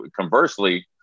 conversely